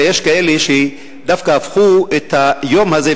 אלא שיש כאלה שדווקא הפכו את היום הזה,